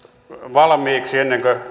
valmiiksi ennen kuin tarvitaan valvoja